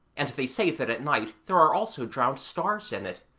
and they say that at night there are also drowned stars in it.